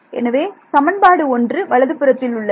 எனவே சமன்பாடு 1 வலது புறத்தில் உள்ளது